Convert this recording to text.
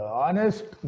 honest